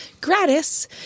Gratis